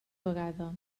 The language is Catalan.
vegada